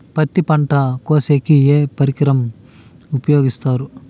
పత్తి పంట కోసేకి ఏ పరికరం ఉపయోగిస్తారు?